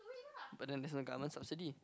but then there's no government subsidy